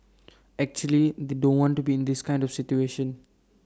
actually they don't want to be in this kind of situation